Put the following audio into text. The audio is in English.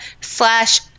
slash